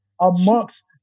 amongst